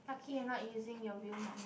lucky you're not using your real money